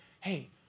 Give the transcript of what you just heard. hey